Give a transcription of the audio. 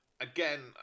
Again